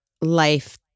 life